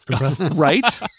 Right